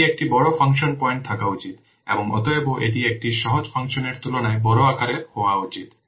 এটি একটি বড় ফাংশন পয়েন্ট থাকা উচিত এবং অতএব এটি একটি সহজ ফাংশনের তুলনায় বড় আকারের হওয়া উচিত